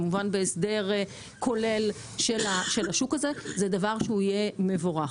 כמובן בהסדר כולל של השוק הזה זה דבר שהוא יהיה מבורך.